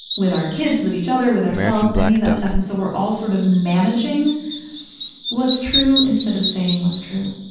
with our kids, with each other, with ourselves, any of that stuff. and so, we're all sort of managing what's true instead of saying what's true.